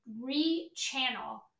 re-channel